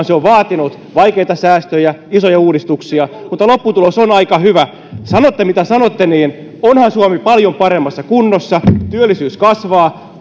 se on vaatinut vaikeita säästöjä isoja uudistuksia mutta lopputulos on aika hyvä sanotte mitä sanotte mutta onhan suomi paljon paremmassa kunnossa työllisyys kasvaa